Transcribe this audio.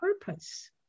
purpose